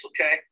okay